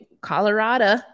Colorado